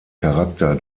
charakter